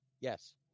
Yes